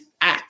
act